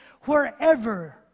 Wherever